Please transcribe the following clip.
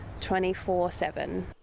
24-7